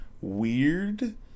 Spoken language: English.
weird